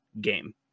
Game